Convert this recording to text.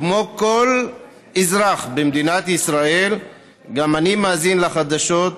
כמו כל אזרח במדינת ישראל גם אני מאזין לחדשות,